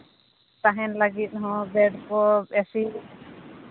ᱛᱟᱦᱮᱱ ᱞᱟᱹᱜᱤᱫ ᱦᱚᱸ ᱵᱮᱹᱰ ᱠᱚ ᱮᱥᱤ